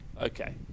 Okay